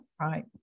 Right